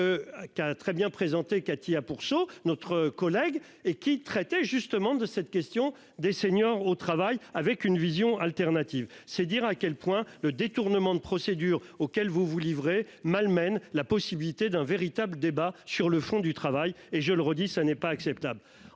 ah a très bien présenté Khattiya pour chaud notre collègue et qui traitait justement de cette question des seniors au travail avec une vision alternative. C'est dire à quel point le détournement de procédure auquel vous vous livrez malmène la possibilité d'un véritable débat sur le fond du travail et je le redis, ça n'est pas acceptable.